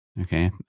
Okay